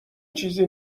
چیزی